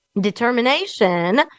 Determination